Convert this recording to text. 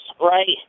right